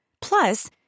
Plus